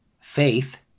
faith